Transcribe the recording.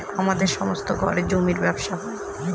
আমাদের সমস্ত ঘরে জমির ব্যবসা হয়